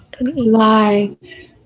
lie